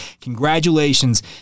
Congratulations